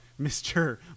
Mr